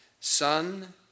Son